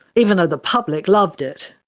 even though the public loved it.